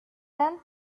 tent